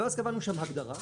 ואז קבענו שם הגדרה,